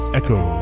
echo